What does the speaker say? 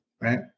right